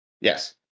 Yes